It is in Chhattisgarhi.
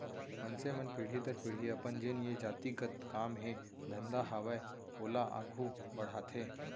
मनसे मन पीढ़ी दर पीढ़ी अपन जेन ये जाति गत काम हे धंधा हावय ओला आघू बड़हाथे